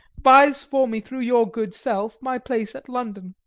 buys for me through your good self my place at london.